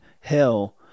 hell